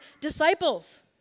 disciples